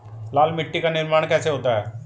लाल मिट्टी का निर्माण कैसे होता है?